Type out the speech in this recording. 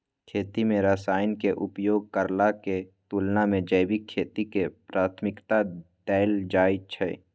खेती में रसायन के उपयोग करला के तुलना में जैविक खेती के प्राथमिकता दैल जाय हय